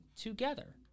together